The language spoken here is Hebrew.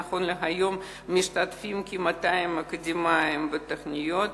נכון להיום משתתפים כ-200 אקדמאים בתוכניות.